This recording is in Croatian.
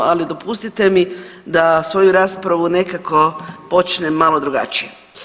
Ali dopustite mi da svoju raspravu nekako počnem malo drugačije.